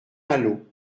malo